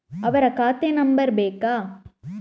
ಅವರ ಖಾತೆ ನಂಬರ್ ಬೇಕಾ?